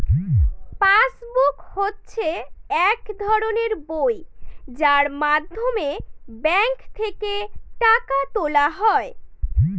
pass book হচ্ছে এক ধরনের বই যার মাধ্যমে ব্যাঙ্ক থেকে টাকা তোলা হয়